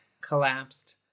collapsed